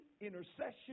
intercession